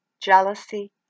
jealousy